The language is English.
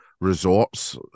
resorts